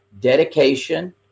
dedication